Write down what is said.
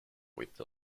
with